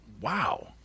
wow